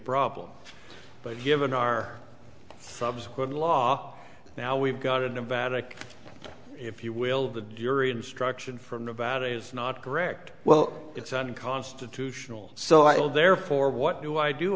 problem but given our subsequent law now we've got to nevada if you will the jury instruction from nevada is not correct well it's unconstitutional so i will therefore what do i do